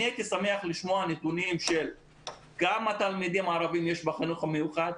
אני הייתי שמח לשמוע נתונים לגבי כמה תלמידים ערבים יש בחינוך המיוחד,